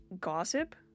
gossip